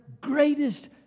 greatest